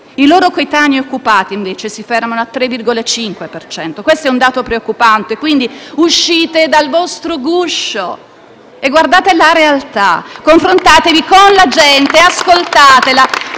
i loro coetanei occupati si ferma al 3,5 per cento. Questo è un dato preoccupante, quindi uscite dal vostro guscio e guardate la realtà, confrontatevi con la gente, ascoltatela